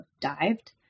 dived